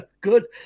good